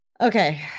Okay